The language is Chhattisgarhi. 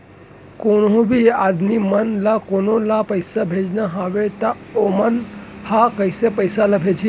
कोन्हों भी आदमी मन ला कोनो ला पइसा भेजना हवय त उ मन ह कइसे पइसा ला भेजही?